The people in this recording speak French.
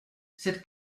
cette